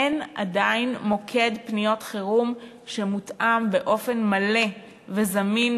אין עדיין מוקד פניות חירום שמותאם באופן מלא וזמין,